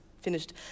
finished